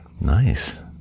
Nice